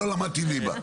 לא למדתי ליבה.